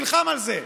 נלחם על זה.